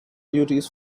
duties